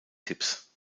tipps